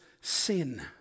sin